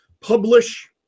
publish